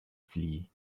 flee